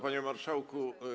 Panie Marszałku!